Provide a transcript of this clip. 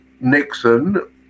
nixon